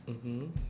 mmhmm